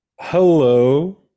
Hello